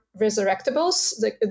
Resurrectables